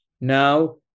now